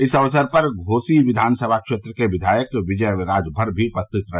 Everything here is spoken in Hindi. इस अवसर पर घोसी विधान सभा क्षेत्र के विधायक विजय राजमर भी उपस्थित रहे